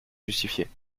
justifiée